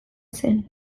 zen